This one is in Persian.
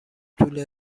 طول